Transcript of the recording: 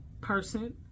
person